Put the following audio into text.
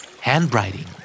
Handwriting